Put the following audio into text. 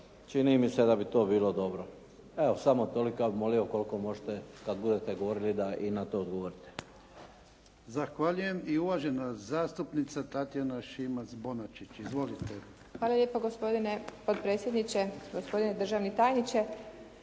čini mi se da bi to bilo dobro. Evo samo toliko. Ja bih molio ukoliko možete kad budete govorili da i na to odgovorite.